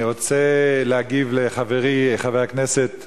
אני רוצה להגיב לחברי חבר הכנסת